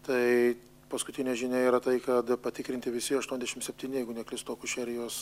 tai paskutinė žinia yra tai kada patikrinti visi aštuoniasdešim septyni jeigu neklystu akušerijos